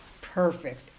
perfect